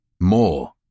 More